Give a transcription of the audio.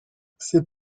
ces